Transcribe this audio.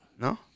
No